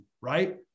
right